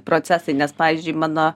procesai nes pavyzdžiui mano